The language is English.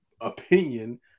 opinion